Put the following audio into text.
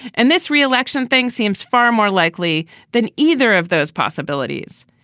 and this re-election thing seems far more likely than either of those possibilities.